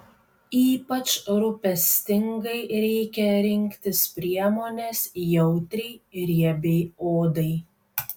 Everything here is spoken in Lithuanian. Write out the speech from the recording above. ypač rūpestingai reikia rinktis priemones jautriai riebiai odai